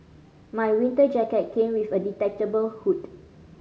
my winter jacket came with a detachable hood